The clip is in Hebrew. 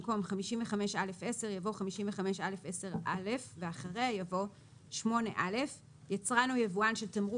במקום "55א10" יבוא "55א10(א)" ואחריה יבוא: "(8א)יצרן או יבואן של תמרוק